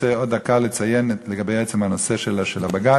רוצה עוד דקה לציין לגבי עצם הנושא של הבג"ץ.